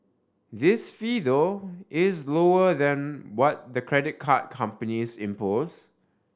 this fee though is lower than what the credit card companies impose